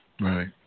Right